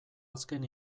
azken